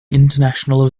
international